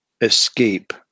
escape